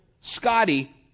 scotty